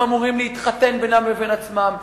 הם אמורים להתחתן בינם לבין עצמם,